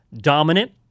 dominant